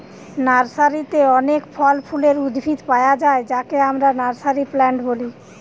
নার্সারিতে অনেক ফল ফুলের উদ্ভিদ পায়া যায় যাকে আমরা নার্সারি প্লান্ট বলি